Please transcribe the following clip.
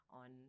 on